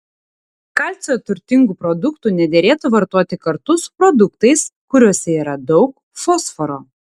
kalcio turtingų produktų nederėtų vartoti kartu su produktais kuriuose yra daug fosforo